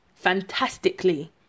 fantastically